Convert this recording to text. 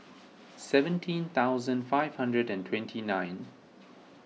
seventeen thousand five hundred and twenty nine